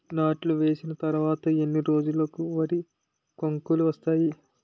నాట్లు వేసిన తర్వాత ఎన్ని రోజులకు వరి కంకులు వస్తాయి?